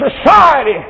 society